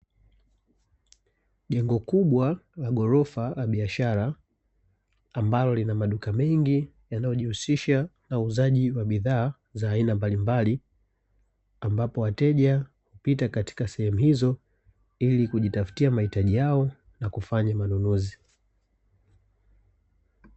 Jengo kubwa la ghorofa la biashara ambalo lina maduka mengi yanayojiusisha na uuzaji wa bidhaa za aina mbalimbali, ambapo wateja hupita katika sehemu izo ili kujitafutia mahitaji yao na kufanya manunuzi.